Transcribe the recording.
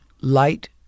light